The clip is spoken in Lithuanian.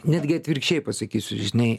netgi atvirkščiai pasakysiu žinai